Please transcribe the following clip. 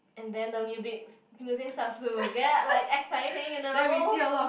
and then the music music starts to get like exciting you know